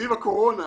סביב הקורונה.